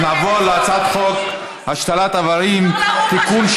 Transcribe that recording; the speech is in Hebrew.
נעבור להצעת חוק השתלת איברים (תיקון,